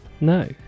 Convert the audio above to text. No